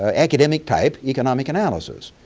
ah academic-type, economic analysis.